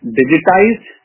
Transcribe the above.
digitized